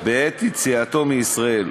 בעת יציאתו מישראל.